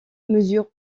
mesure